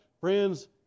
friends